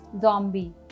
Zombie